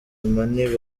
money